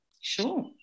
Sure